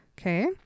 okay